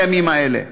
את הימים האלה,